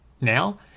Now